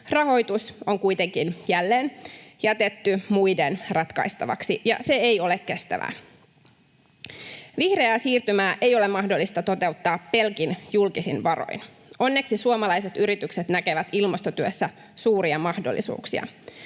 Rahoitus on kuitenkin jälleen jätetty muiden ratkaistavaksi, ja se ei ole kestävää. Vihreää siirtymää ei ole mahdollista toteuttaa pelkin julkisin varoin. Onneksi suomalaiset yritykset näkevät ilmastotyössä suuria mahdollisuuksia.